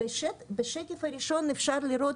בשקף הראשון אפשר לראות